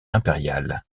impériale